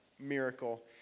miracle